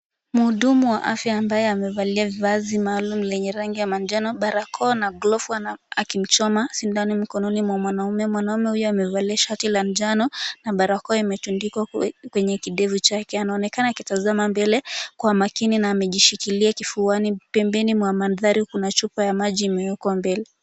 Mhudumu wa afya ambaye amevalia vazi maalum lenye rangi ya manjano, barakoa na glovu akimchoma sindano mkononi mwa mwanamume na mwanamume huyo amevalia shati la njano na barakoa imetundikwa kwenye kidevu chake. Anaonekana akitazama mbele kwa makini na amejishikilia kifuani pembeni mwa mandhari kuna chupa ya maji imewekwa mbele.